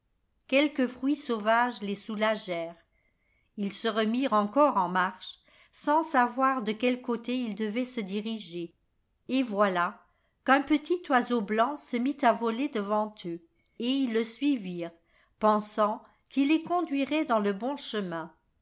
quelques fruits sauvages les soulagèrent ils se remirent encore en marche sans savoir de quel côté ils devaient se diriger et voilà qu'un petit oiseau blanc se mit à voler devant eux et ils le suivirent pensant qu'il les conduirait dans le bon chemin